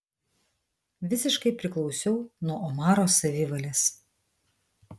visiškai priklausiau nuo omaro savivalės